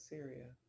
Syria